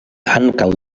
ankaŭ